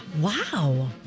Wow